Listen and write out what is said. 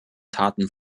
taten